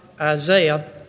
Isaiah